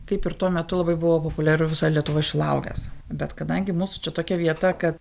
kaip ir tuo metu labai buvo populiaru visoj lietuvoj šilauoges bet kadangi mūsų čia tokia vieta kad